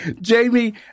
Jamie